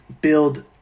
build